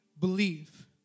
believe